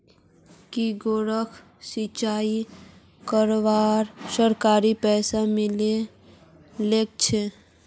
की गौरवक सिंचाई करवार सरकारी पैसा मिले गेल छेक